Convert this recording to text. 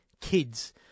Kids